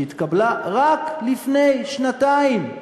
שהתקבלה רק לפני שנתיים,